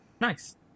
Nice